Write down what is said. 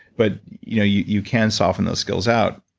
but you know you you can soften those skills out.